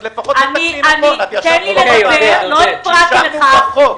אז לפחות תתקני נכון --- אישרנו בחוק,